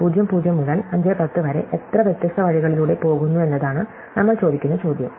0 0 മുതൽ 5 10 വരെ എത്ര വ്യത്യസ്ത വഴികളിലൂടെ പോകുന്നു എന്നതാണ് നമ്മൾ ചോദിക്കുന്ന ചോദ്യം